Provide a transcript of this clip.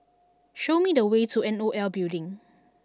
show me the way to N O L Building